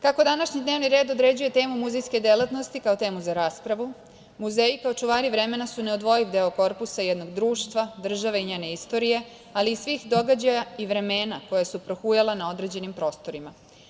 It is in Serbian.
Kako današnji dnevni red određuje temu muzejske delatnosti kao temu za raspravu, muzeji kao čuvari vremena su neodvojiv deo korpusa jednog društva, države i njene istorije ali i svih događaja i vremena koja su prohujala na određenim prostorima.